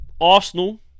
Arsenal